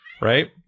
right